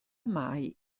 mai